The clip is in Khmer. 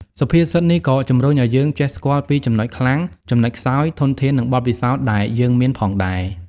សុភាសិតនេះក៏ជំរុញឲ្យយើងចេះស្គាល់ពីចំណុចខ្លាំង ចំណុចខ្សោយ ធនធាន និងបទពិសោធន៍ដែលយើងមានផងដែរ។